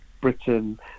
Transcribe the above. Britain